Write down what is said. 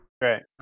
Right